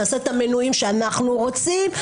נעשה את המינויים שאנחנו רוצים,